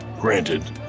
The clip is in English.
Granted